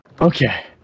Okay